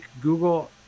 Google